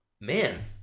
Man